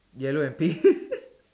yellow and pink